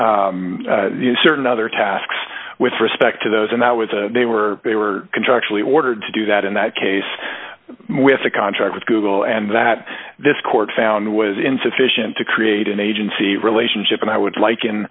certain certain other tasks with respect to those and that was a they were they were contractually ordered to do that in that case with a contract with google and that this court found was insufficient to create an agency relationship and i would like